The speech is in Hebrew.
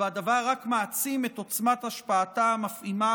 והדבר רק מעצים את עוצמת השפעתה המפעימה